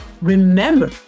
Remember